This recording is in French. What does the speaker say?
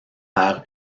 par